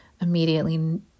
immediately